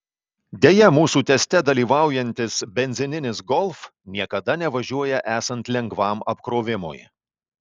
deja mūsų teste dalyvaujantis benzininis golf niekada nevažiuoja esant lengvam apkrovimui